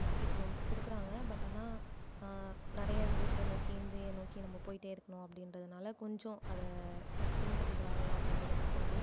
முக்கியத்துவம் கொடுக்குறாங்க பட் ஆனால் நிறைய இங்கிலீஷ் நோக்கி ஹிந்தியை நோக்கி நம்ம போயிட்டே இருக்கணும் அப்படின்றதனால கொஞ்சம் அதை பின்பற்றிட்டு வராங்களோ அப்படின்றது எனக்கு தோணுது